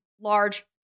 large